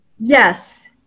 yes